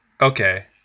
Okay